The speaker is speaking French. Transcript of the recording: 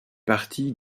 partie